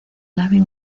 nave